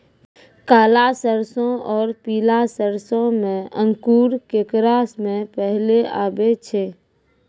काला सरसो और पीला सरसो मे अंकुर केकरा मे पहले आबै छै?